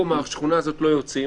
פה מהשכונה הזאת לא יוצאים,